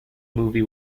movie